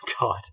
God